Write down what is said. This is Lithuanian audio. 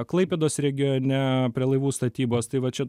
klaipėdos regione prie laivų statybos tai va čia